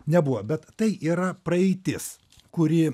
nebuvo bet tai yra praeitis kuri